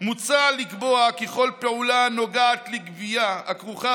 מוצע לקבוע כי כל פעולה הנוגעת לגבייה הכרוכה